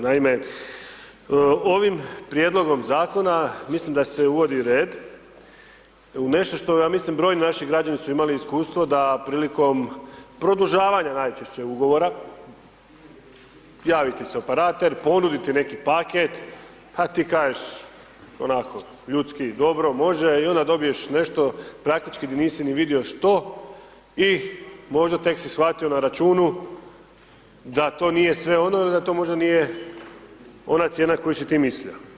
Naime, ovim prijedlogom Zakona, mislim da se uvodi red u nešto što, ja mislim brojni naši građani su imali iskustvo da prilikom produžavanja najčešće Ugovora, javi ti se operater, ponudi ti neki paket, pa ti kažeš onako ljudski, dobro, može i onda dobiješ nešto praktički nisi ni vidio što i možda tek si shvatio na računu da to nije sve ono i da to možda nije ona cijena koju si ti mislio.